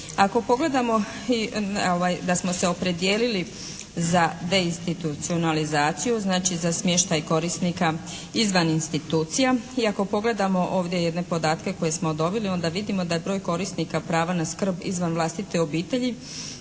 Ako pogledamo da smo se opredijelili za de institucionalizaciju, znači za smještaj korisnika izvan institucija i ako pogledamo ovdje jedne podatke koje smo dobili, onda vidimo da je broj korisnika prava na skrb izvan vlastite obitelji,